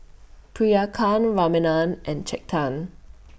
Priyanka Ramanand and Chetan